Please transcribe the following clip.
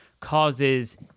causes